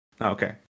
Okay